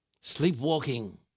sleepwalking